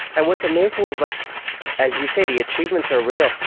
and what's amazing is, like as you say, the achievements are real.